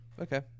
Okay